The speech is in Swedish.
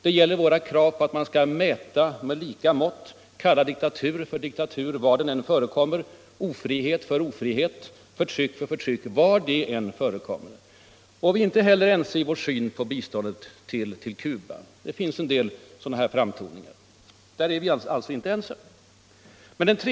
Det gäller våra krav på att man skall mäta med lika mått, kalla diktatur för diktatur var den än förekommer, ofrihet för ofrihet och förtryck för förtryck var det än förekommer. Vi är inte heller eniga i synen på biståndet till Cuba. Det finns en del sådana här framtoningar, där vi alltså inte är ense.